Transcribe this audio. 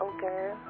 Okay